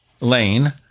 Lane